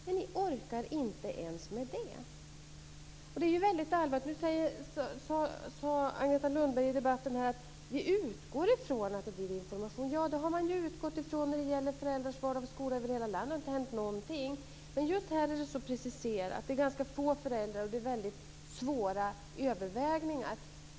Men ni orkar inte ens med det. Det är väldigt allvarligt. Nu sade Agneta Lundberg i debatten: Vi utgår från att det blir information. Ja, det har man utgått från när det gäller föräldrars val av skola över hela landet. Det har inte hänt någonting. Men just här är det så preciserat, det är ganska få föräldrar och det är väldigt svåra överväganden.